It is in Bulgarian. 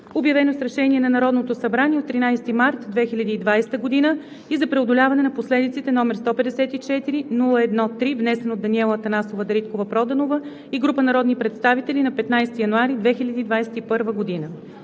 обявено с решение на Народното събрание от 13 март 2020 г., и за преодоляване на последиците, № 154-01-3, внесен от Даниела Анастасова Дариткова-Проданова и група народни представители на 15 януари 2021 г.“